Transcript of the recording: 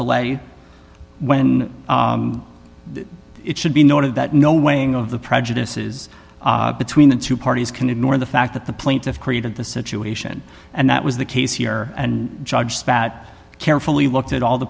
delay when it should be noted that no weighing of the prejudices between the two parties can ignore the fact that the plaintiff created the situation and that was the case here and judge spat carefully looked at all the